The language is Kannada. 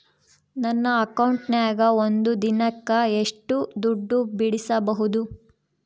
ನನ್ನ ಅಕೌಂಟಿನ್ಯಾಗ ಒಂದು ದಿನಕ್ಕ ಎಷ್ಟು ದುಡ್ಡು ಬಿಡಿಸಬಹುದು?